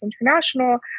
International